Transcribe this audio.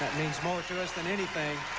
means more to us than anything!